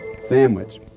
Sandwich